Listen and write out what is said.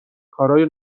کارای